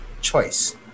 choice